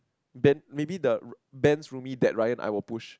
Ben maybe the r~ Ben's roomie that Ryan I will push